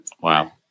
Wow